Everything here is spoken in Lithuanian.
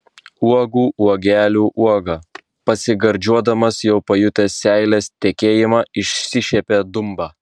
uogų uogelių uoga pasigardžiuodamas jau pajutęs seilės tekėjimą išsišiepė dumba